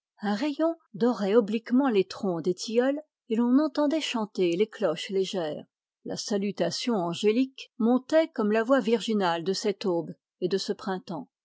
un rayon dorait obliquement les troncs des tilleuls et l'on entendait chanter les cloches légères la salutation angélique montait comme la voix virginale de cette aube et de ce printemps